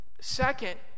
second